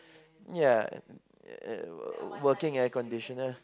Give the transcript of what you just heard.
ya uh working air conditioner